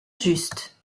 just